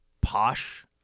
posh